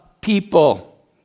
people